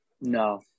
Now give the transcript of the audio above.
No